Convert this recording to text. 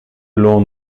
l’on